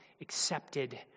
accepted